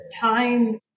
time